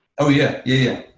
oh, yeah, yeah